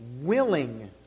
willing